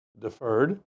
deferred